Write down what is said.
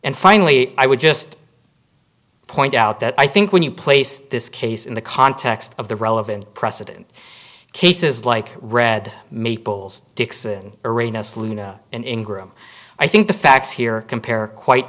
and finally i would just point out that i think when you place this case in the context of the relevant precedent cases like red maples dixon arena saloon and ingram i think the facts here compare quite